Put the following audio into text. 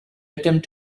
attempt